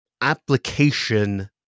application